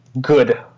good